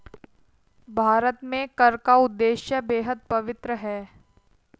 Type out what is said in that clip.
भारत में कर का उद्देश्य बेहद पवित्र है